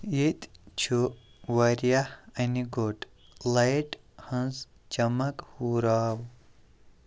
ییٚتِہ چھُ واریاہ اَنہِ گوٚٹ لایٹ ہٕنٛز چمک ہُراو